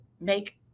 make